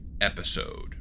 episode